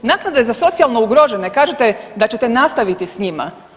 Naknade za socijalno ugrožene, kažete da ćete nastaviti s njima.